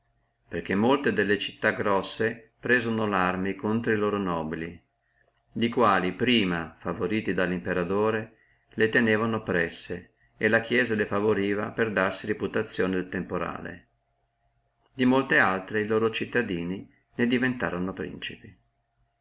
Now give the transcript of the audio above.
perché molte delle città grosse presono larme contra a loro nobili li quali prima favoriti dallo imperatore le tennono oppresse e la chiesia le favoriva per darsi reputazione nel temporale di molte altre e loro cittadini ne diventorono principi